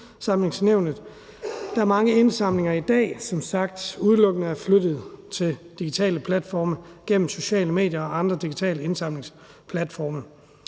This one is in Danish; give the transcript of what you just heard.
Der er mange indsamlinger i dag, der som sagt er flyttet til udelukkende at foregå på digitale platforme gennem sociale medier og andre digitale indsamlingsplatforme.